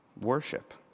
worship